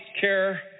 care